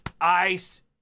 Ice